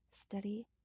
Study